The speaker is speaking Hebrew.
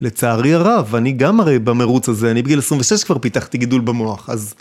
לצערי הרע, ואני גם הרי במרוץ הזה, אני בגיל 26 כבר פיתחתי גידול במוח, אז...